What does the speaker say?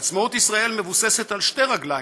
עצמאות ישראל מבוססת על שתי רגליים: